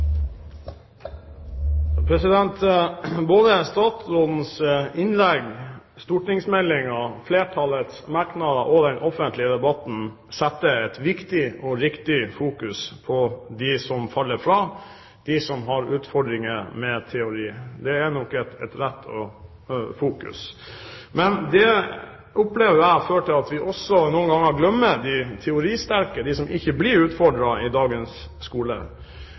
Både statsrådens innlegg, stortingsmeldingen, flertallets merknader og den offentlige debatten setter et viktig og riktig fokus på dem som faller fra, på dem som har utfordringer med teorien. Det er nok et rett fokus. Men det opplever jeg fører til at vi også noen ganger glemmer de teoristerke – de som ikke blir utfordret i dagens skole.